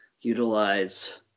utilize